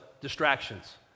distractions